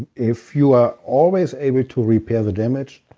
if you are always able to repair the damage,